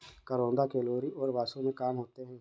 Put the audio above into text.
करौंदा कैलोरी और वसा में कम होते हैं